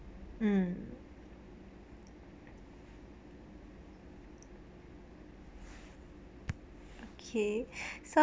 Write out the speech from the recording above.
mm okay